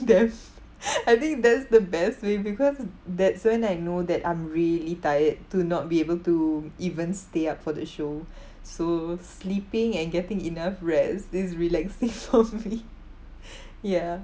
def I think that's the best way because that's when I know that I'm really tired to not be able to even stay up for the show so sleeping and getting enough rest is relaxing for me ya